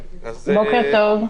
בוקר טוב.